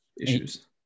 issues